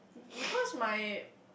because my